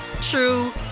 true